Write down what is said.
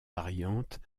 variantes